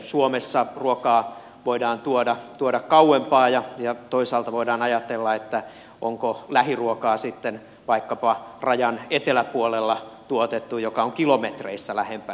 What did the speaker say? suomessa ruokaa voidaan tuoda kauempaa ja toisaalta voidaan ajatella että onko lähiruokaa sitten vaikkapa rajan eteläpuolella tuotettu joka on kilometreissä lähempänä